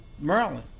Maryland